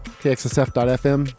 kxsf.fm